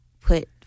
put